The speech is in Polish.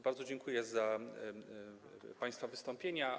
Bardzo dziękuję za państwa wystąpienia.